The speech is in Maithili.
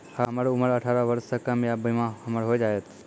हमर उम्र अठारह वर्ष से कम या बीमा हमर हो जायत?